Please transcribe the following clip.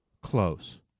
Close